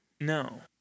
No